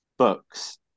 books